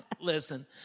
Listen